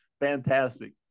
Fantastic